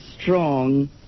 strong